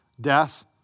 death